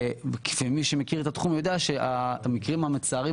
ומי שמכיר את התחום יודע שהמקרים המצערים